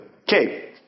Okay